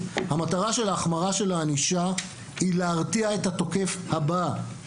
המטרה של ההחמרה של הענישה היא להרתיע את התוקף הבא.